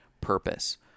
purpose